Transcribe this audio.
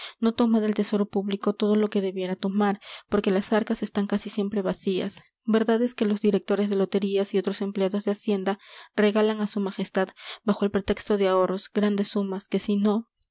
no toma del tesoro público todo lo que debiera tomar porque las arcas están casi siempre vacías verdad es que los directores de loterías y otros empleados de hacienda regalan a su majestad bajo el pretexto de ahorros grandes sumas que si no